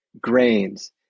grains